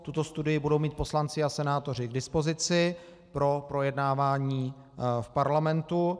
Tuto studii budou mít poslanci a senátoři k dispozici pro projednávání v Parlamentu.